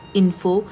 info